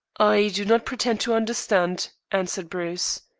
i do not pretend to understand, answered bruce.